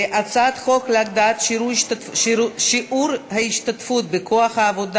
הצעת חוק להגדלת שיעור ההשתתפות בכוח העבודה